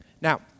Now